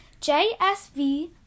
jsv